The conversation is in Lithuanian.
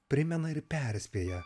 primena ir perspėja